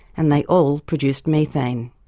and they all produced methane.